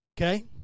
Okay